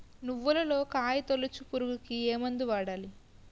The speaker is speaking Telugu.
నువ్వులలో కాయ తోలుచు పురుగుకి ఏ మందు వాడాలి?